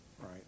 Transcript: right